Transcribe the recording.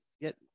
get